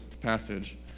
passage